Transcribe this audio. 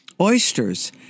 oysters